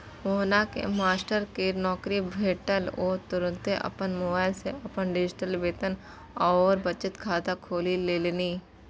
मोहनकेँ मास्टरकेर नौकरी भेटल ओ तुरते अपन मोबाइल सँ अपन डिजिटल वेतन आओर बचत खाता खोलि लेलनि